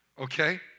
okay